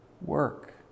Work